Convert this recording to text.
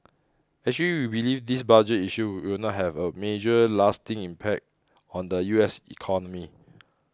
actually we believe this budget issue will not have a major lasting impact on the U S economy